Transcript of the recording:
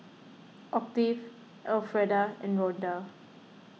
Octave Alfreda and Ronda